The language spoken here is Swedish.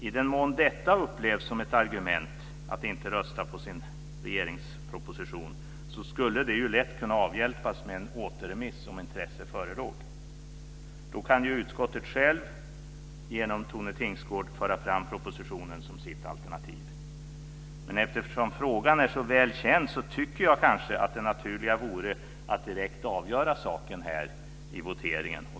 I den mån detta upplevs som ett argument för att inte rösta på regeringspropositionen skulle det ju lätt kunna avhjälpas med en återremiss om intresse förelåg. Då kan ju utskottet självt, genom Tone Tingsgård, föra fram propositionen som sitt alternativ. Men eftersom frågan är så väl känd tycker jag kanske att det naturliga vore att direkt avgöra saken här i voteringen.